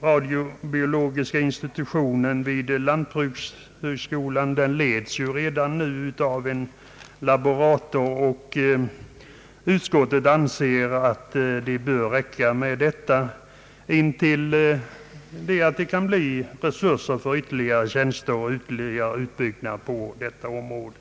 Radiobiologiska institutionen vid lantbrukshögskolan leds redan nu av en laborator, och utskottet anser att det bör räcka med detta intill dess resurser skapats för ytterligare tjänster och ytterligare utbyggnad på detta område.